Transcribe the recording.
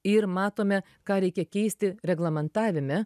ir matome ką reikia keisti reglamentavime